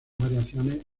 variaciones